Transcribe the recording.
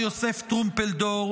אמר יוסף טרומפלדור,